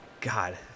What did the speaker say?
God